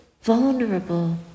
vulnerable